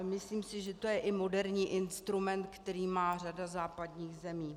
Myslím, že to je i moderní instrument, který má řada západních zemí.